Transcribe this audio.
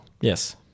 Yes